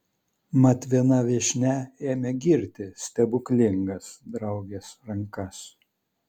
mat viena viešnia ėmė girti stebuklingas draugės rankas